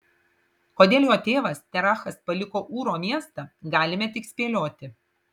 kodėl jo tėvas terachas paliko ūro miestą galime tik spėlioti